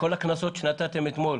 את כל הקנסות שנתתם אתמול,